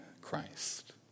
Christ